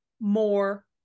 more